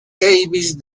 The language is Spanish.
davis